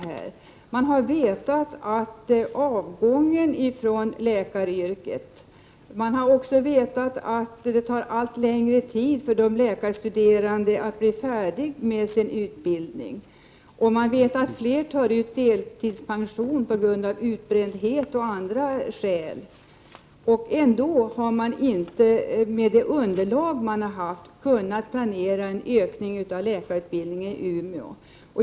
31 Regeringen har känt till avgången från läkaryrket, att det tar allt längre tid för de läkarstuderande att bli färdiga med sin utbildning och att fler tar deltidspension, bl.a. på grund av utbrändhet. Regeringen har inte, med det underlag den har haft, kunnat planera en utökning av läkarutbildningen i Umeå.